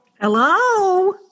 Hello